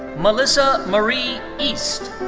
melissa marie east.